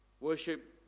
Worship